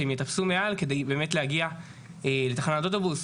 כשהם יטפסו מעל כדי להגיע לתחנת אוטובוס